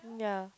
ya